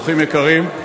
אורחים יקרים,